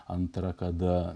antra kada